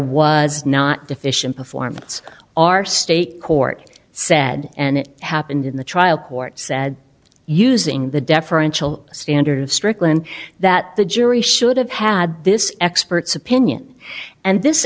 was not deficient performance our state court said and it happened in the trial court said using the deferential standard of strickland that the jury should have had this expert's opinion and this